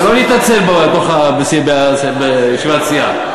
זה לא להתנצל בישיבת סיעה.